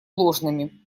ложными